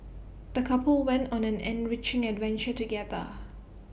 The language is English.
the couple went on an enriching adventure together